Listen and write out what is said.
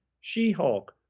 She-Hulk